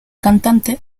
cantante